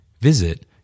Visit